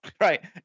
right